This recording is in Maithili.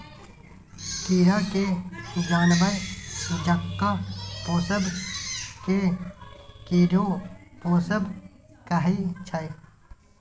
कीरा केँ जानबर जकाँ पोसब केँ कीरी पोसब कहय छै